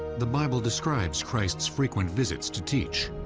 the bible describes christ's frequent visits to teach.